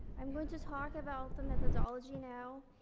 i'm going to talk about the methodology now.